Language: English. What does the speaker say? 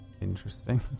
interesting